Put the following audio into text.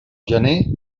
gener